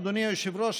אדוני היושב-ראש,